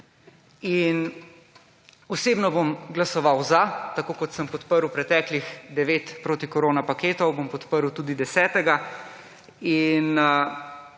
In osebno bom glasoval za. Tako kot sem podprl preteklih devet protikorona paketov, bom podprl tudi desetega. In